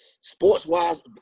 Sports-wise